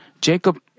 Jacob